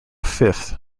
fifth